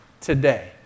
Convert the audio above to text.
today